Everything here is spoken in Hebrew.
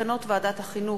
מסקנות ועדת החינוך,